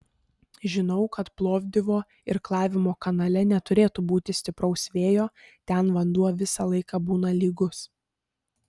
žinau kad plovdivo irklavimo kanale neturėtų būti stipraus vėjo ten vanduo visą laiką būna lygus